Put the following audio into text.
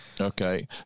Okay